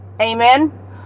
Amen